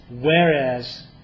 whereas